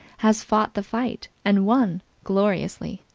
has fought the fight, and won gloriously!